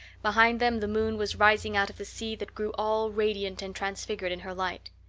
behind them the moon was rising out of the sea that grew all radiant and transfigured in her light.